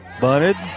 Bunted